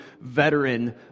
veteran